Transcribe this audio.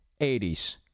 80s